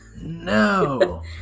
No